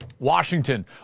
Washington